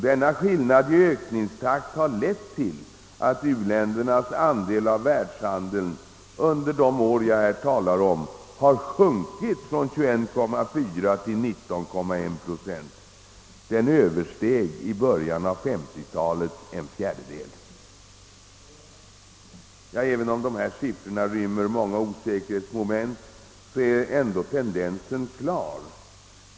Denna skillnad i ökningstakt har lett till att u-ländernas andel av världshandeln under de år jag här talar om sjunkit från 21,4 till 19,1 procent. Den översteg i början av 1950-talet en fjärdedel. Även om dessa siffror rymmer vissa osäkerhetsmoment är dock tendensen klar.